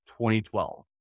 2012